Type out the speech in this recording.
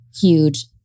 huge